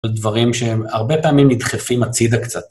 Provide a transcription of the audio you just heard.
דברים שהם הרבה פעמים נדחפים הצידה קצת.